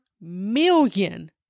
million